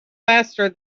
faster